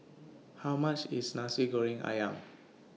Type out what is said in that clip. How much IS Nasi Goreng Ayam